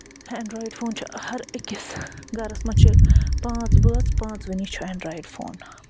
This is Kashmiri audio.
اینڈرِیوڈ فون چھُ ہَر أکِس گرَس منٛز چھُ پانٛژھ بٲژ پانژؤنی چھُ اینڈرِیوڈ فون